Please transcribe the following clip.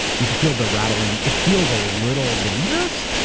you can feel the rattling, it feels a little dangerous,